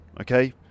okay